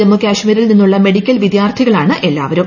ജമ്മു കശ്മീരിൽ നിന്നുള്ള മെഡിക്കൽ വ്വിദ്യാർത്ഥികളാണ് എല്ലാവരും